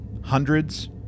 hundreds